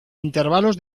intervalos